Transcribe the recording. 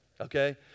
Okay